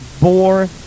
bore